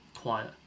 quiet